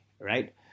right